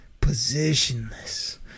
positionless